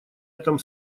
этом